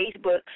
Facebook